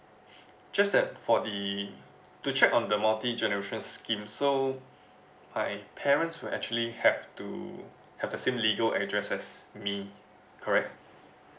just that for the to check on the multi generation scheme so my parents will actually have to have the same legal address as me correct